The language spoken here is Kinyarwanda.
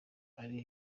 ari